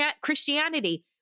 Christianity